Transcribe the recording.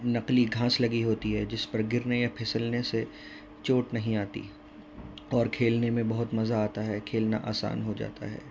نقلی گھاس لگی ہوتی ہے جس پر گرنے یا پھسلنے سے چوٹ نہیں آتی اور کھیلنے میں بہت مزہ آتا ہے کھیلنا آسان ہو جاتا ہے